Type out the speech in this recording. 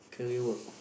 career work